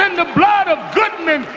um the blood of goodman,